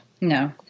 No